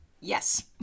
Yes